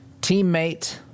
teammate